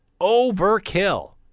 overkill